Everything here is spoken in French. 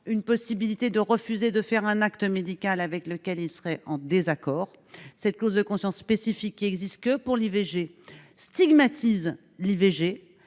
la possibilité de refuser de faire un acte médical avec lequel ils seraient en désaccord. Cette clause de conscience spécifique, qui n'existe que pour l'IVG, stigmatise cet